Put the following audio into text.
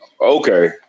Okay